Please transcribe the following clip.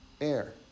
air